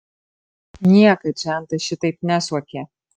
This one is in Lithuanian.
niekad žentas šitaip nesuokė